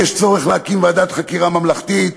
צריך להקים ועדת חקירה ממלכתית,